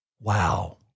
Wow